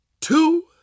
two